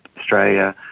australia,